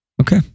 Okay